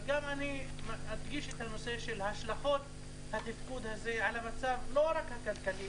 אני אדגיש את הנושא של השלכות התפקוד הזה על המצב לא רק הכלכלי,